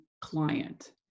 client